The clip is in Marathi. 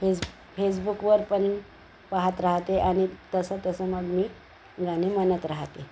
फेस फेसबुकवर पण पाहात राहाते आणि तसं तसं मग मी गाणे म्हणत राहाते